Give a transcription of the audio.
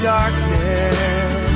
darkness